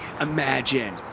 imagine